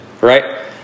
Right